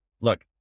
Look